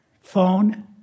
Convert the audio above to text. Phone